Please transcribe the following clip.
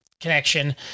connection